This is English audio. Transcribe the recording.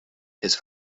his